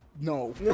No